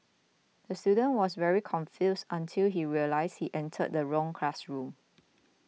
the student was very confused until he realised he entered the wrong classroom